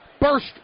burst